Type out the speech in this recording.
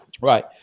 Right